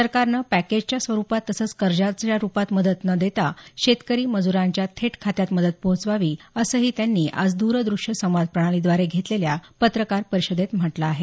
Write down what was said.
सरकारनं पॅकेजच्या स्वरुपात तसंच कर्जाच्या रुपात मदत न देता शेतकरी मजरांच्या थेट खात्यात मदत पोहचवावी असंही त्यांनी आज द्र दृष्य संवाद प्रणालीद्वारे घेतलेल्या पत्रकार परिषदेत म्हटलं आहे